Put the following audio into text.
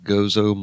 Gozo